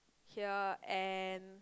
here and